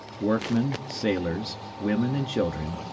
workmen, sailors, women, and children,